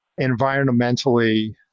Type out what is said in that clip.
environmentally